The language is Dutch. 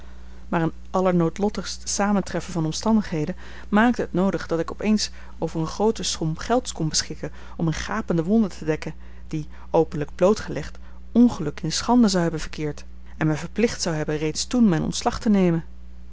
maar een allernoodlottigst samentreffen van omstandigheden maakte het noodig dat ik op eens over eene groote som gelds kon beschikken om eene gapende wonde te dekken die openlijk blootgelegd ongeluk in schande zou hebben verkeerd en mij verplicht zou hebben reeds toen mijn ontslag te nemen